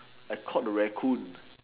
I caught the racoon